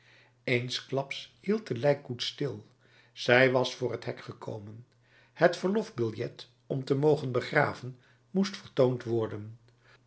eensklaps hield de lijkkoets stil zij was voor het hek gekomen het verlofbiljet om te mogen begraven moest vertoond worden